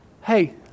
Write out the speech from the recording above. hey